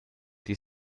die